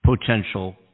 potential